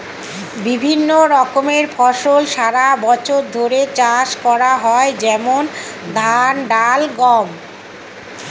বিভিন্ন রকমের ফসল সারা বছর ধরে চাষ করা হয়, যেমন ধান, ডাল, গম